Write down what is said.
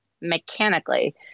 mechanically